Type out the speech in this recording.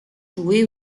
joué